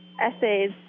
essays